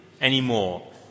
anymore